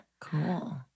Cool